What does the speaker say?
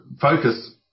focus